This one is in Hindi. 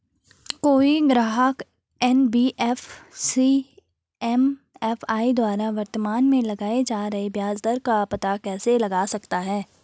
कोई ग्राहक एन.बी.एफ.सी एम.एफ.आई द्वारा वर्तमान में लगाए जा रहे ब्याज दर का पता कैसे लगा सकता है?